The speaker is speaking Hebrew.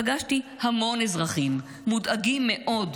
פגשתי המון אזרחים מודאגים מאוד,